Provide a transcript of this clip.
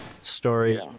story